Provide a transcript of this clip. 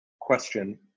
question